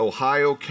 Ohio